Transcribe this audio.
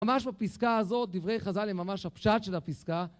ממש בפסקה הזאת, דברי חז"ל, הם ממש הפשט של הפסקה